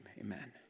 Amen